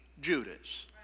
Judas